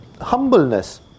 humbleness